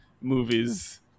movies